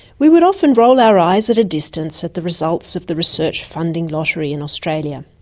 we would often roll our eyes at a distance at the results of the research funding lottery in australia.